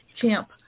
Camp